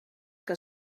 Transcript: que